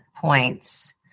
points